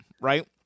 right